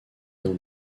dans